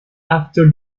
after